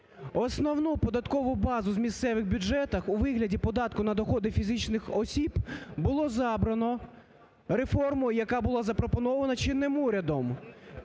Основну податкову базу у місцевих бюджетах у вигляді податку на доходи фізичних осіб було забрано реформою, яка була запропонована чинним урядом